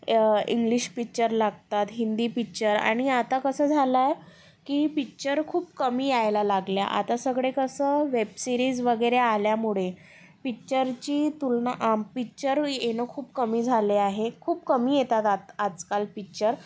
English picture लागतात Hindi picture आणि आता कसं झालंय की पिक्चर खूप कमी यायला लागल्या आता सगळे कसं वेब सिरीज वगैरे आल्यामुळे पिक्चरची तुलना आ पिक्चर येणं खूप कमी झाले आहे खूप कमी येतात आत आजकाल पिक्चर